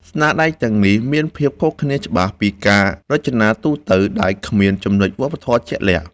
ស្នាដៃទាំងនេះមានភាពខុសគ្នាច្បាស់ពីការរចនាទូទៅដែលគ្មានចំណុចវប្បធម៌ជាក់លាក់។